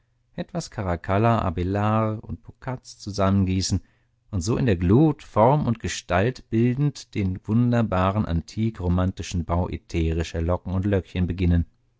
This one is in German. etwas caracalla abälard und boccaz zusammengießen und so in der glut form und gestalt bildend den wunderbaren antik romantischen bau ätherischer locken und löckchen beginnen